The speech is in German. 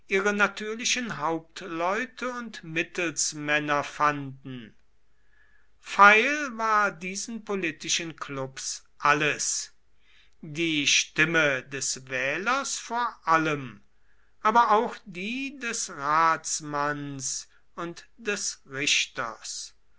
ihre natürlichen hauptleute und mittelsmänner fanden feil war diesen politischen klubs alles die stimme des wählers vor allem aber auch die des ratsmanns und des richters